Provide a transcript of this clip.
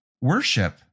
worship